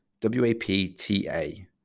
w-a-p-t-a